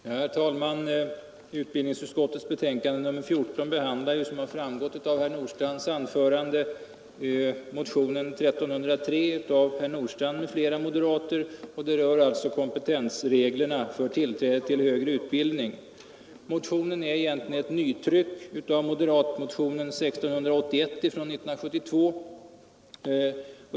Herr talman! Utbildningsutskottets betänkande nr 14 behandlar såsom framgått av herr Nordstrandhs anförande motionen 1303 av herr Nordstrandh m.fl. moderater och rör kompetensreglerna för tillträde till högre utbildning. Motionen är egentligen ett nytryck av moderatmotionen 1681 från 1972.